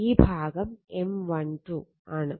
ഈ ഭാഗം M12 ആണ്